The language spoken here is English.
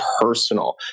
personal